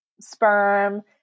sperm